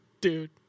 Dude